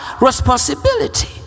responsibility